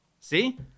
See